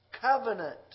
covenant